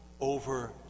over